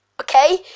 okay